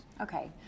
okay